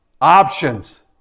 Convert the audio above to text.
options